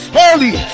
holy